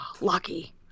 Lucky